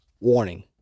Warning